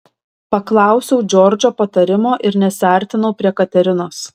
paklausiau džordžo patarimo ir nesiartinau prie katerinos